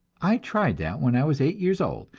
i tried that when i was eight years old,